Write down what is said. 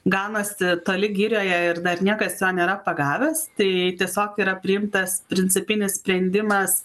ganosi toli girioje ir dar niekas jo nėra pagavęs tiesiog yra priimtas principinis sprendimas